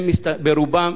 הם ברובם